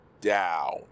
Down